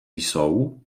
jsou